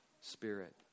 spirit